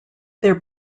their